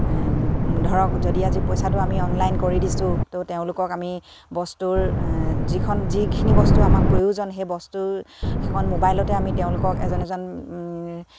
ধৰক যদি আজি পইচাটো আমি অনলাইন কৰি দিছোঁ ত' তেওঁলোকক আমি বস্তুৰ যিখন যিখিনি বস্তু আমাক প্ৰয়োজন সেই বস্তুৰ সেইখন মোবাইলতে আমি তেওঁলোকক এজন এজন